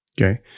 Okay